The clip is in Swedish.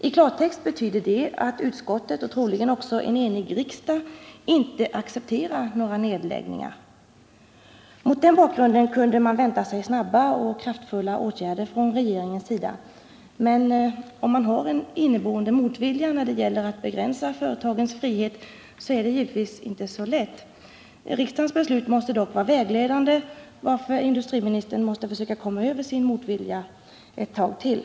I klartext betyder detta att utskottet och troligen också en enig riksdag inte kommer att acceptera några nedläggningar. Mot den bakgrunden borde man kunna vänta sig snabba och kraftfulla åtgärder från regeringens sida. Men om man som industriministern har en inneboende motvilja när det gäller att begränsa företagens frihet, så är detta givetvis inte så lätt. Riksdagens beslut måste dock vara vägledande, varför industriministern måste försöka stå ut med sin motvilja ett tag till.